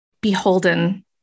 beholden